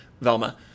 Velma